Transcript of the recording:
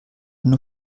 nur